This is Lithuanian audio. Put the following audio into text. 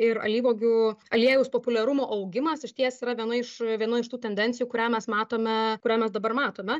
ir alyvuogių aliejaus populiarumo augimas išties yra viena iš viena iš tų tendencijų kurią mes matome kurio mes dabar matome